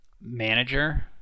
manager